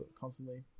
constantly